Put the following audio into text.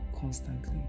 constantly